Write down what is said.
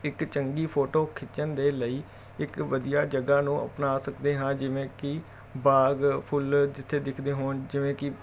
ਇੱਕ ਚੰਗੀ ਫੋਟੋ ਖਿੱਚਣ ਦੇ ਲਈ ਇੱਕ ਵਧੀਆ ਜਗ੍ਹਾ ਨੂੰ ਅਪਣਾ ਸਕਦੇ ਹਾਂ ਜਿਵੇਂ ਕਿ ਬਾਗ ਫੁੱਲ ਜਿੱਥੇ ਦਿਖਦੇ ਹੋਣ ਜਿਵੇਂ ਕਿ